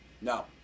no